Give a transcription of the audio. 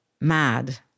mad